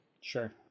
Sure